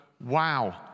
wow